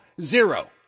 Zero